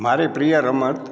મારી પ્રિય રમત